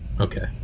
Okay